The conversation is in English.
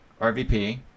RVP